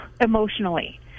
emotionally